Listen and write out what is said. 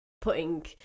putting